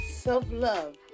Self-love